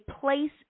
place